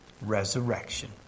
Resurrection